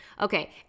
Okay